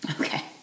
Okay